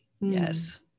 Yes